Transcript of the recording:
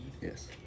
Yes